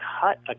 cut